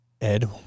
Ed